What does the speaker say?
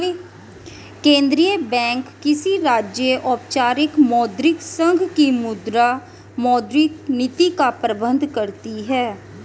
केंद्रीय बैंक किसी राज्य, औपचारिक मौद्रिक संघ की मुद्रा, मौद्रिक नीति का प्रबन्धन करती है